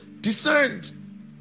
Discerned